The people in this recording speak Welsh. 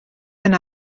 yna